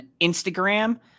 Instagram